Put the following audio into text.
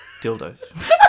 Dildos